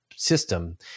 system